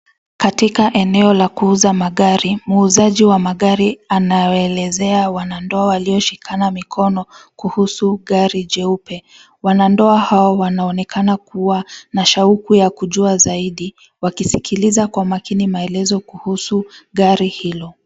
Katika eneo la kuuza magari, muuzaji wa magari anawaelezea wanandoa walioshikana mikono kuhusu gari jeupe. Wanandoa hao wanaonekana kuwa na shauku ya kujua zaidi wakisikiliza kwa makini maelezo kuhusu gari hilo.